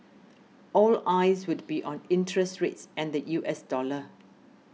all eyes would be on interest rates and the U S dollar